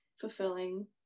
fulfilling